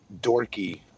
dorky